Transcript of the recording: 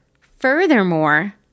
Furthermore